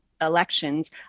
elections